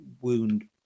wound